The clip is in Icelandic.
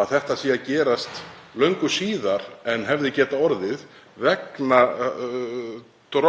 að þetta sé að gerast löngu síðar en hefði getað orðið vegna drolls